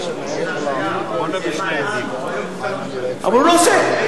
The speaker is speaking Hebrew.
כולל שר המשפטים, אבל הוא לא עושה.